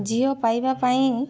ଝିଅ ପାଇବା ପାଇଁ